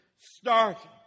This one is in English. starting